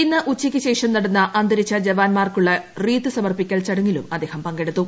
ഇന്ന് ഉച്ചയ്ക്കുശേഷം നടന്ന അന്തുരിച്ച് ജവാന്മാർക്കുള്ള റീത്ത് സമർപ്പിക്കൽ ചടങ്ങിലും അദ്ദേഹം പങ്കെടുത്തു